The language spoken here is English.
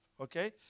okay